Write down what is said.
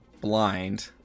blind